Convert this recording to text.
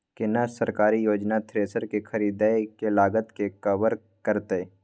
केना सरकारी योजना थ्रेसर के खरीदय के लागत के कवर करतय?